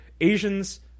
asians